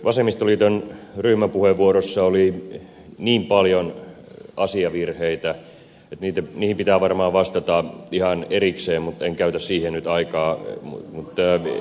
vasemmistoliiton ryhmäpuheenvuorossa oli niin paljon asiavirheitä että niihin pitää varmaan vastata ihan erikseen mutta en käytä siihen nyt aikaa